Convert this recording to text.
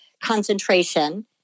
concentration